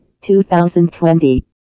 2020